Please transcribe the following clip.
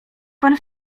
pan